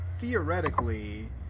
theoretically